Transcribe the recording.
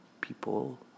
people